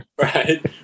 Right